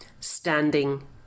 standing